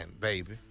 baby